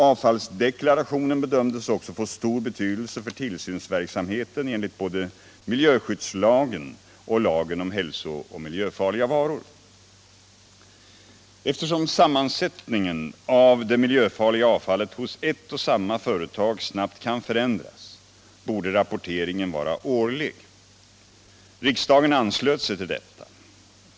Avfallsdeklarationen bedömdes också få stor betydelse för tillsynsverksamheten enligt både miljöskyddslagen och lagen om hälsooch miljöfarliga varor. Eftersom sammansättningen av det miljöfarliga avfallet hos ett och samma företag snabbt kan förändras borde rapporteringen 59 vara årlig. Riksdagen anslöt sig till detta.